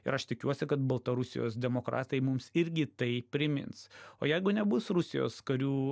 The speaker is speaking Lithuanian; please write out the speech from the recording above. ir aš tikiuosi kad baltarusijos demokratai mums irgi tai primins o jeigu nebus rusijos karių